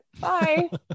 bye